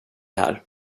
här